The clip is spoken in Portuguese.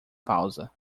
pausa